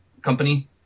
company